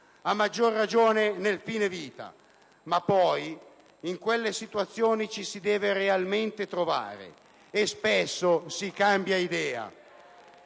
a maggior ragione nel fine vita, ma poi in quelle situazioni ci si deve realmente trovare e spesso si cambia idea.